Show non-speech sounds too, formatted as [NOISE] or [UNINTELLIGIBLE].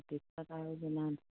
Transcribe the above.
[UNINTELLIGIBLE]